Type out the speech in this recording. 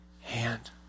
hand